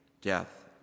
death